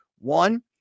One